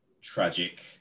Tragic